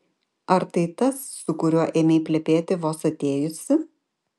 ar tai tas su kuriuo ėmei plepėti vos atėjusi